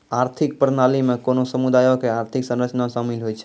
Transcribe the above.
आर्थिक प्रणाली मे कोनो समुदायो के आर्थिक संरचना शामिल होय छै